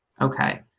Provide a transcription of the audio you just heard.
Okay